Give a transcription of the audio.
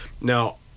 Now